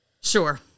Sure